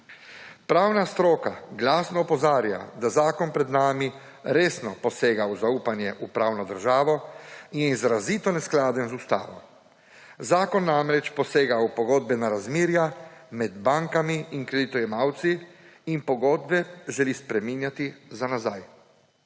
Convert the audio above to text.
Pravna stroka glasno opozarja, da zakon pred nami resno posega v zaupanje v pravno državo in je izrazito neskladen z ustavo. Zakon namreč posega v pogodbena razmerja med bankami in kreditojemalci in pogodbe želi spreminjati za nazaj.